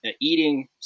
eating